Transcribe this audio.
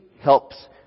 Helps